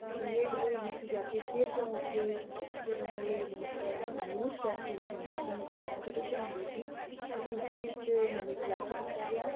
ਤਾਂ B Ed ਦੇ ਵਿੱਚ ਜਾ ਕੇ ਫਿਰ ਤੋਂ ਉੱਥੇ ਜਦੋਂ ਇਹ ਮਤਲਬ ਯੂਥ ਫੈਸਟੀਵਲ ਹੁੰਦੇ ਸੀ ਕੋਮਪੀਟੀਸ਼ਨ ਹੁੰਦੇ ਸੀ ਤਾਂ ਉਸਦੇ ਵਿੱਚ ਮੈਨੂੰ ਸਿਲੈਕਟ ਕੀਤਾ ਗਿਆ